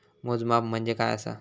मोजमाप म्हणजे काय असा?